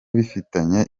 bifitanye